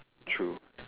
true